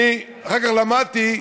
אחר כך למדתי,